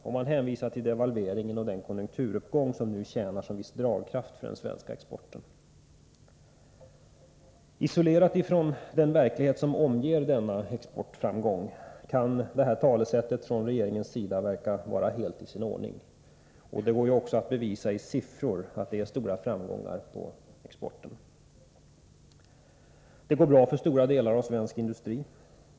Och man hänvisar till devalveringen och den konjunkturuppgång som nu tjänar som viss dragkraft för den svenska exporten. Isolerat från den verklighet som omger exportframgångarna kan detta sätt att tala från regeringens sida verka vara helt i sin ordning. De stora framgångarna för exporten kan ju också bevisas i siffror. Det går bra för stora delar av svensk industri.